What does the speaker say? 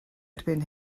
erbyn